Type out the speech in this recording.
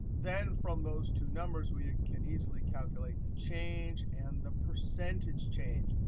then from those two numbers we can easily calculate the change and the percentage change.